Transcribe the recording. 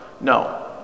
No